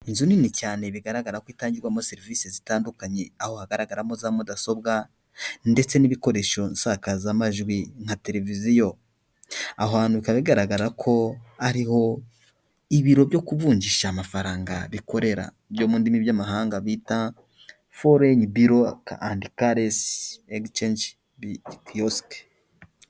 Inzu nini cyane bigaragara ko itangirwamo serivisi zitandukanye aho hagaragaramo za mudasobwa ndetse n'ibikoresho nsakazamajwi nka tereviziyo, aho hantu bikaba bigaragara ko ari ho ibiro byo kuvunjisha amafaranga bikorera byo mu ndimi z'amahanga bita foreni biro andi karensi egisicengi kiyosiki.